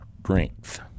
strength